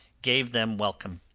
gave them welcome.